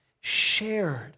shared